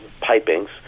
pipings